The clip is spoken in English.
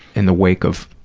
in the wake of